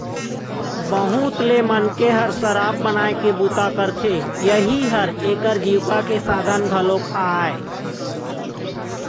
बहुत ले मनखे ह शराब बनाए के बूता करथे, इहीं ह एखर जीविका के साधन घलोक आय